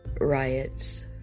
Riots